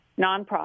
nonprofit